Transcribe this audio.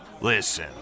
Listen